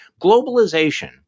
globalization